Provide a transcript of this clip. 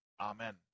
amen